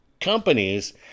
companies